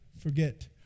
forget